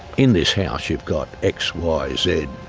in this house you've got x y z,